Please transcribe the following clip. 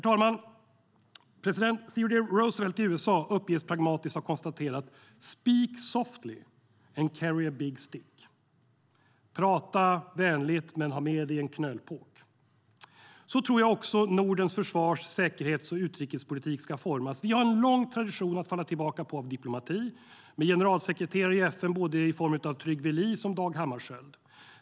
President Theodore Roosevelt uppges pragmatiskt ha konstaterat: Speak softly and carry a big stick - prata vänligt, men ha med dig en knölpåk. Så tror jag också att Nordens försvars säkerhets och utrikespolitik ska formas. Vi har en lång tradition att falla tillbaka på av diplomati med generalsekreterare i FN, både Trygve Lie och Dag Hammarskjöld.